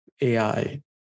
ai